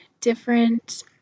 different